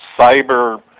cyber